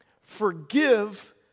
forgive